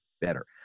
better